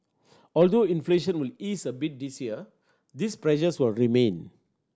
although inflation will ease a bit this year these pressures will remain